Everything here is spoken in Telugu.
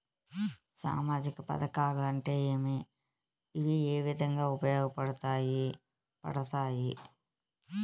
సామాజిక పథకాలు అంటే ఏమి? ఇవి ఏ విధంగా ఉపయోగపడతాయి పడతాయి?